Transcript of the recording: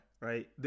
Right